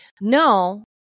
no